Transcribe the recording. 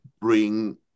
bring